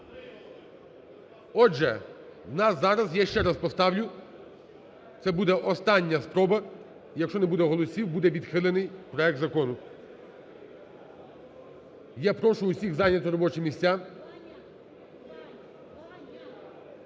Отже, в нас зараз, я ще раз поставлю, це буде остання спроба. Якщо не буде голосів, буде відхилений проект закону. Я прошу усіх зайняти робочі місця.